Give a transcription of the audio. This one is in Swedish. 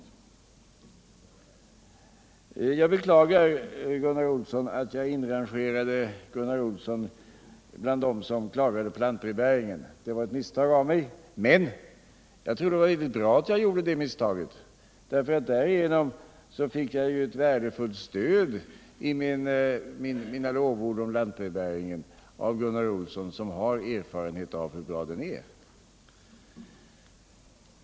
Sedan beklagar jag att jag inrangerade Gunnar Olsson bland dem som klagade på lantbrevbäringen. Det var ett misstag. Men jag tror det var riktigt bra att jag gjorde det misstaget, ty därigenom fick jag efter mina lovord om lantbrevbäringen ett värdefullt stöd av Gunnar Olsson, som har erfarenhet av hur bra den är.